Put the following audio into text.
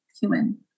human